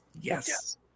Yes